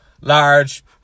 large